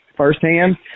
Firsthand